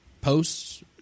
posts